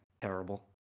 Terrible